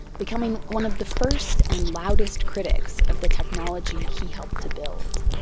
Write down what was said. becoming one of the first and loudest critics of the technology he helped to build